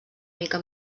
mica